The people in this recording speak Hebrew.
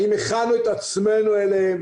האם הכנו את עצמנו אליהם?